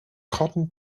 cotton